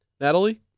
Natalie